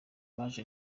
baje